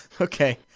Okay